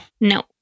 No